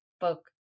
book